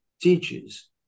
teaches